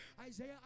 Isaiah